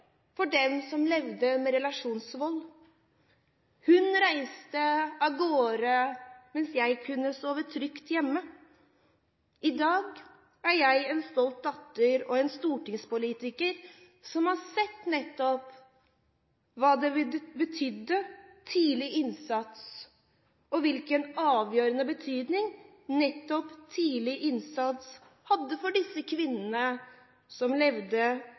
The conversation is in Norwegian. for dem som levde med relasjonsvold. Hun reiste av gårde mens jeg kunne sove trygt hjemme. I dag er jeg en stolt datter og en stortingspolitiker som har sett nettopp hva tidlig innsats betydde, hvilken avgjørende betydning nettopp tidlig innsats hadde for disse kvinnene som levde